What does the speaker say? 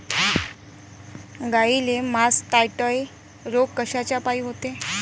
गाईले मासटायटय रोग कायच्यापाई होते?